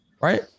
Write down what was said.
right